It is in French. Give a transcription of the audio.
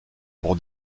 pour